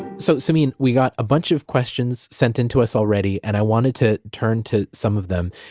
so samin, we got a bunch of questions sent into us already and i wanted to turn to some of them.